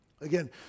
Again